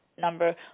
number